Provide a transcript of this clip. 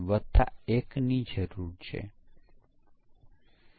અને આ પછી છેવટે તે ગ્રાહક છે જે સોફ્ટવેરની ડિલિવરી લેતા પહેલા સ્વીકૃતિ પરીક્ષણ કરે છે